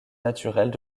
naturelles